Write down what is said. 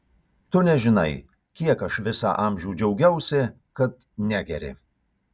tu nežinai kiek aš visą amžių džiaugiausi kad negeri